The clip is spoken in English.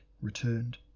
returned